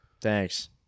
Thanks